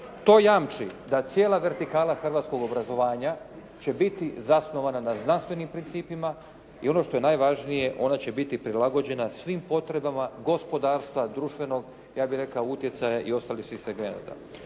To jamčim, da cijela vertikala hrvatskog obrazovanja će biti zasnovana na znanstvenim principima i ono što je najvažnije ona će biti prilagođena svim potrebama gospodarstva, društvenog ja bih rekao utjecaja i ostalih svih segmenata.